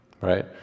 right